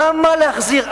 למה להחזיר?